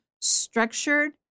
structured